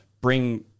bring